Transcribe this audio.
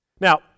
Now